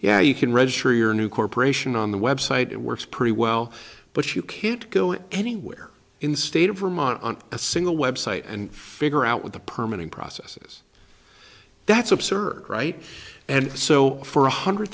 yeah you can register your new corporation on the web site it works pretty well but you can't go anywhere in the state of vermont on a single website and figure out with a permanent processes that's absurd right and so for one hundred